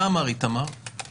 מה אמר חבר הכנסת איתמר בן גביר?